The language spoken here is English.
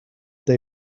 they